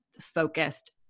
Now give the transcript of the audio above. focused